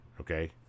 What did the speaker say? okay